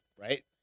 Right